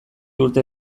urte